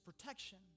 protection